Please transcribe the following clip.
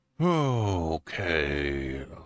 Okay